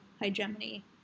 hegemony